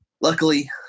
luckily